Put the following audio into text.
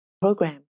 program